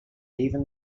even